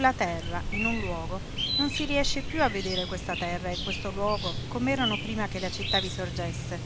la terra in un luogo non si riesce piú a vedere questa terra e questo luogo com'erano prima che la città vi sorgesse